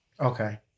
Okay